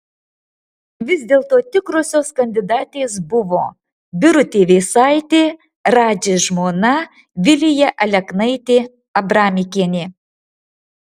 vis dėlto tikrosios kandidatės buvo birutė vėsaitė radži žmona vilija aleknaitė abramikienė